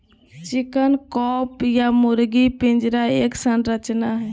chicken coop या मुर्गी पिंजरा एक संरचना हई,